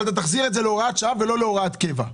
אבל תחזיר את זה להוראת שעה ולא להוראת קבע.